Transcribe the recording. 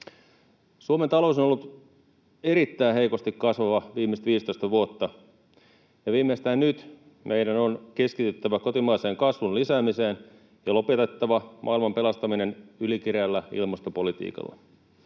Suomen talous on ollut erittäin heikosti kasvava viimeiset viisitoista vuotta, ja viimeistään nyt meidän on keskityttävä kotimaisen kasvun lisäämiseen ja lopetettava maailman pelastaminen ylikireällä ilmastopolitiikalla.